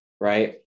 right